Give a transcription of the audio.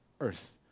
earth